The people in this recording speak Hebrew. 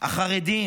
החרדים,